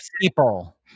people